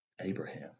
Abraham